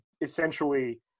essentially